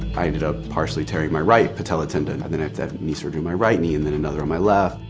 i ended up partially tearing my right patellar tendon and then i had to have knee surgery in my right knee and then another on my left.